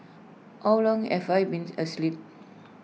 how long have I been asleep